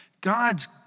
God's